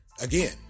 Again